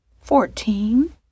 Fourteen